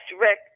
Rick